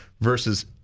versus